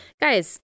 Guys